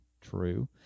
True